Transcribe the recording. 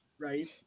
right